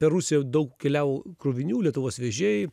per rusiją daug keliavo krovinių lietuvos vežėjai